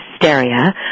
hysteria